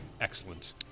excellent